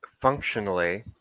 Functionally